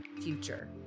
future